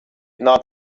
not